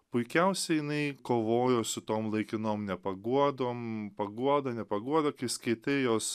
puikiausiai jinai kovojo su tom laikinom nepaguodom paguoda nepaguoda kai skaitai jos